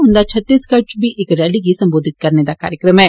उंदा छत्तिसढ़ च बी इक रैली गी संबोधतत करने दा कार्यक्रम ऐ